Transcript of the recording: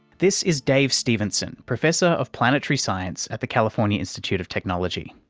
this is dave stevenson, professor of planetary science at the california institute of technology.